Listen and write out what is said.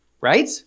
Right